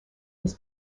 his